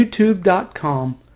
youtube.com